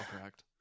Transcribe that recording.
correct